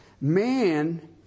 Man